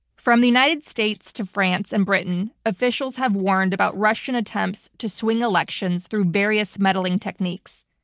from the united states to france and britain, officials have warned about russian attempts to swing elections through various meddling techniques.